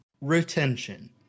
retention